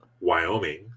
Wyoming